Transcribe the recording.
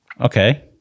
Okay